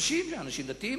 אנשים דתיים,